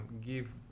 give